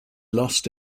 lost